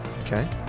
Okay